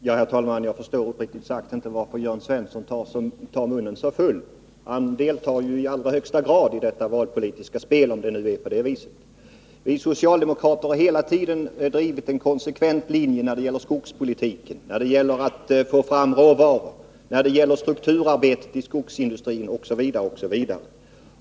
Herr talman! Jag förstår uppriktigt sagt inte varför Jörn Svensson tar munnen så full. Han deltar ju i allra högsta grad i detta valpolitiska spel, om det nu är på det viset. Vi socialdemokrater har hela tiden drivit en konsekvent linje när det gäller skogspolitiken, när det gäller att få fram råvara, när det gäller strukturarbetet i skogsindustrin osv.